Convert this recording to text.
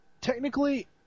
Technically